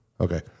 Okay